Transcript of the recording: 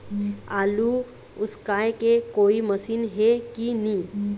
आलू उसकाय के कोई मशीन हे कि नी?